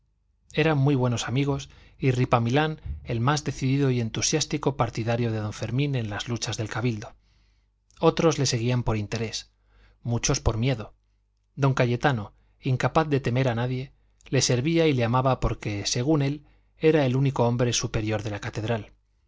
eran muy buenos amigos y ripamilán el más decidido y entusiástico partidario de don fermín en las luchas del cabildo otros le seguían por interés muchos por miedo don cayetano incapaz de temer a nadie le servía y le amaba porque según él era el único hombre superior de la catedral